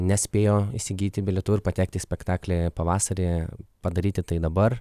nespėjo įsigyti bilietų ir patekti spektaklyje pavasarį padaryti tai dabar